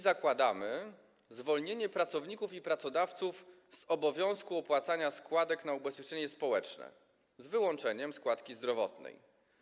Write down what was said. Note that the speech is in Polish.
Zakładamy zwolnienie pracowników i pracodawców z obowiązku opłacania składek na ubezpieczenie społeczne, z wyłączeniem składki zdrowotnej.